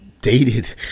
dated